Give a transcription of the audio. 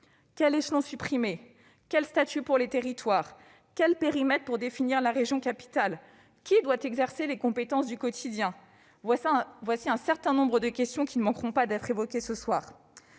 Quel échelon supprimer ? Quel statut pour les territoires ? Quel périmètre pour définir la région capitale ? Qui doit exercer les compétences du quotidien ? Ces questions ne manqueront pas d'être évoquées ce soir.